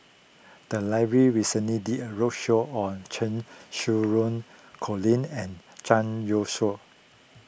the library recently did a roadshow on Cheng Xinru Colin and Zhang Youshuo